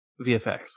VFX